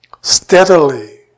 steadily